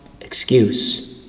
excuse